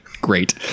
great